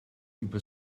über